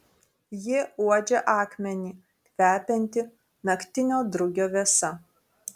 ji uodžia akmenį kvepiantį naktinio drugio vėsa